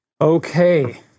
Okay